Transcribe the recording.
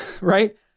right